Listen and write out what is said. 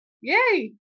Yay